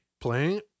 Playing